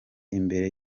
imbere